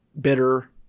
bitter